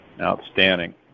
Outstanding